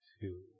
two